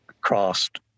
crossed